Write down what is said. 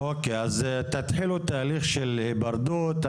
אוקיי, אז תתחילו תהליך של היפרדות.